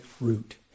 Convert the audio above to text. root